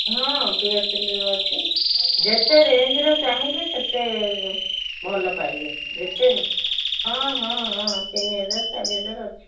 ହଁ ପିଓର ସିଲିର ଅଛି ଯେତେ ରେଞ୍ଜର ଚାହିଁବେ ସେତେ ଭଲ ପାଇବେ ଯେତେ ହଁ ହଁ ହଁ ତିନି ହଜାର ଚାରି ହଜାର ଅଛି